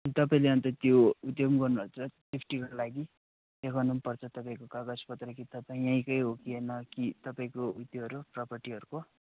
तपाईँले अन्त त्यो ऊ त्यो पनि गर्नुभएको छ सेफ्टीको लागि देखाउनु पनि पर्छ तपाईँको कागजपत्र कि तपाईँ यहीँकै हो कि होइन कि तपाईँको ऊ त्योहरू प्रोप्रटीहरूको